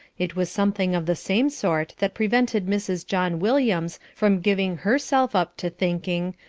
it was something of the same sort that prevented mrs. john williams from giving herself up to thinking,